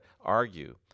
argue